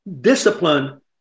discipline